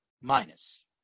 minus